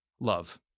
Love